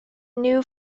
new